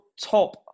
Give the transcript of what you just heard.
top